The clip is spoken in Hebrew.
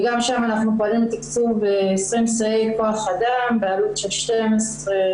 וגם שם אנחנו פועלים לתקצוב ב- -- כח אדם בעלות של 12 מיליון שקל,